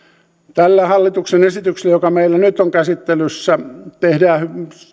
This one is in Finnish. tällä hallituksen esityksellä joka meillä nyt on käsittelyssä tehdään